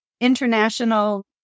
international